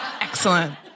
Excellent